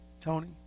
Tony